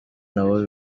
nabo